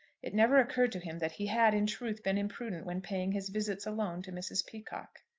it never occurred to him that he had, in truth, been imprudent when paying his visits alone to mrs. peacocke.